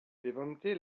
levante